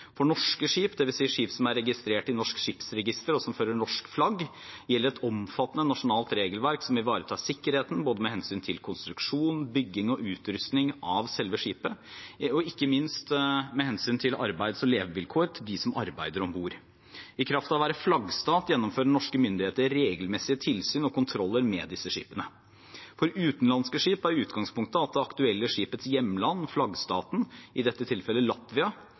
For norske skip – dvs. skip som er registrert i norsk skipsregister, og som fører norsk flagg – gjelder et omfattende nasjonalt regelverk som ivaretar sikkerheten, med hensyn til både konstruksjon, bygging og utrustning av selve skipet og ikke minst arbeids- og levevilkår til dem som arbeider om bord. I kraft av å være flaggstat gjennomfører norske myndigheter regelmessige tilsyn og kontroller med disse skipene. For utenlandske skip er utgangspunktet at det aktuelle skipets hjemland/flaggstat – i dette tilfellet Latvia